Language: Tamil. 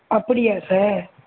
அப்படியா சார்